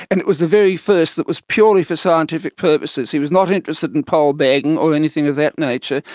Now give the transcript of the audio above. and it was the very first that was purely for scientific purposes. he was not interested in pole bagging or anything of that nature,